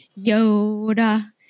yoda